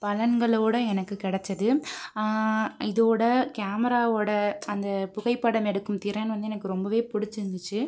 பலன்களோட எனக்கு கிடச்சிது இதோட கேமராவோட அந்த புகைப்படம் எடுக்கும் திறன் வந்து எனக்கு ரொம்பவே பிடிச்சிருந்துச்சி